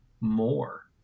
more